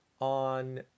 on